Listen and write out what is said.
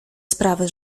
sprawę